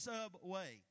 Subway